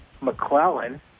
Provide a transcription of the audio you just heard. McClellan